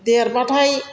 देरबाथाय